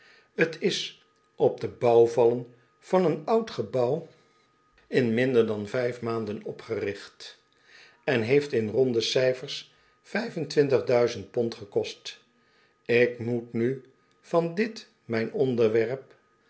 t is op de bouwvallen van een oud gebouw in minder dan vijf maanden opgericht en heeft in ronde cijfers vijf en twintig duizend pond gekost ik moet nu van dit mijn onderwerp